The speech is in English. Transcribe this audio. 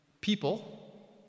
people